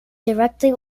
directly